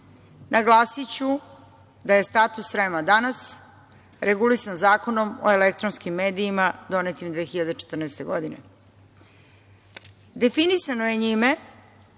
naglasiću da je status REM-a danas regulisan Zakonom o elektronskim medijima donetim 2014. godine. Definisano je njime